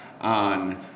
on